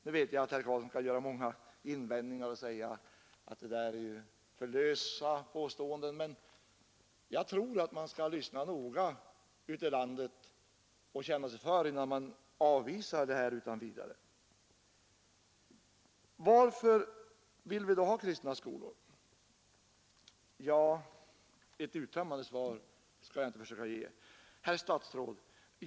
Nu vet jag att herr Carlsson kan göra många invändningar och säga att det är fråga om alldeles för lösa påståenden, men jag tror att man bör lyssna noga ute i landet och känna sig för innan man utan vidare avvisar tanken på alternativa skolor. Varför vill vi då ha kristna skolor? Jag skall inte försöka ge ett uttömmande svar. Herr statsråd!